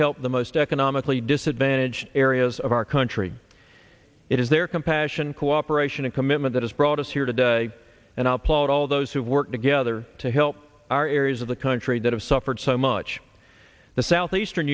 help the most economically disadvantaged areas of our country it is their compassion cooperation and commitment that has brought us here today and i applaud all those who work together to help our areas of the country that have suffered so much the southeastern